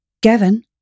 Gavin